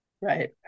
Right